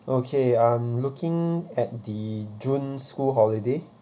okay I'm looking at the june school holiday